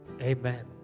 Amen